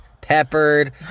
peppered